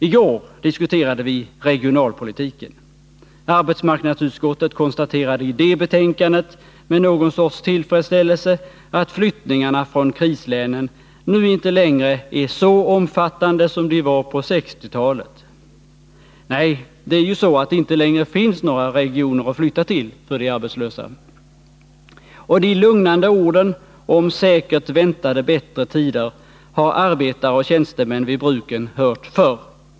I går diskuterade vi regionalpolitiken. Arbetsmarknadsutskottet konstaterade i det betänkandet med någon sorts tillfredsställelse att flyttningarna från krislänen nu inte längre är så omfattande som de var på 1960-talet. Nej, det är ju så att det inte längre finns några regioner att flytta till för de arbetslösa. Och de lugnande orden om säkert väntade bättre tider har arbetare och tjänstemän vid bruken hört förr.